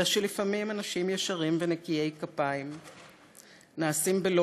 אלא שלפעמים אנשים ישרים ונקיי כפיים נעשים בלא